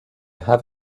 have